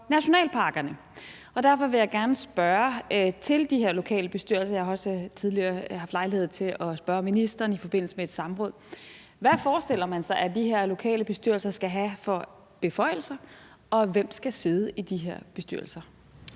nationalparkerne. Derfor vil jeg gerne spørge til de her lokale bestyrelser, som jeg også tidligere har haft lejlighed til at spørge ministeren om i forbindelse med et samråd. Hvad forestiller man sig, at de her lokale bestyrelser skal have af beføjelser, og hvem skal sidde i de her bestyrelser?